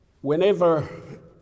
Whenever